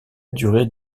durée